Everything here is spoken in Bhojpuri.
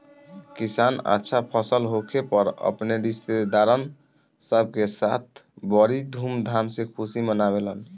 किसान अच्छा फसल होखे पर अपने रिस्तेदारन सब के साथ बड़ी धूमधाम से खुशी मनावेलन